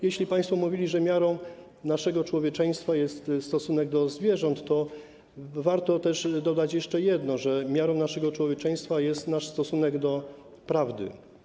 Jeśli państwo mówili, że miarą naszego człowieczeństwa jest stosunek do zwierząt, to warto też dodać jeszcze jedno, że miarą naszego człowieczeństwa jest nasz stosunek do prawdy.